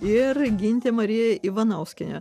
ir gintė marija ivanauskienė